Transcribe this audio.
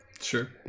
sure